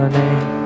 name